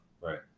Right